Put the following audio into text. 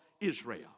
Israel